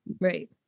Right